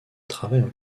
travaillent